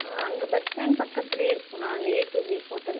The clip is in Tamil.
அங்கே பஸ் ஸ்டாண்ட் பக்கத்திலே இருக்கும்ண்ணா இந்த ஏ டூ பி ஹோட்டல்